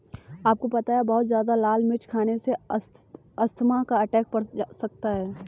आपको पता है बहुत ज्यादा लाल मिर्च खाने से अस्थमा का अटैक पड़ सकता है?